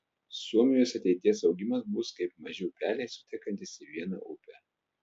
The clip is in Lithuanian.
suomijos ateities augimas bus kaip maži upeliai sutekantys į vieną upę